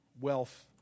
wealth